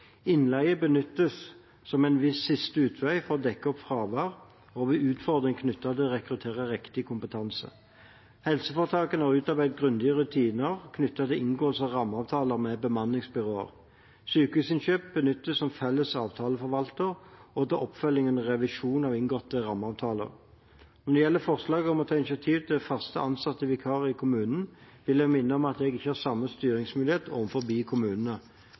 Innleie benyttes som en siste utvei for å dekke opp fravær og ved utfordringer knyttet til å rekruttere riktig kompetanse. Helseforetakene har utarbeidet grundige rutiner knyttet til inngåelse av rammeavtaler med bemanningsbyråer. Sykehusinnkjøp HF benyttes som felles avtaleforvalter og til oppfølging og revisjon av inngåtte rammeavtaler. Når det gjelder forslaget om å ta initiativ til fast ansatte vikarer i kommunene, vil jeg minne om at jeg ikke har samme styringsmulighet overfor kommunene. Det er kommunene